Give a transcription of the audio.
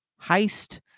heist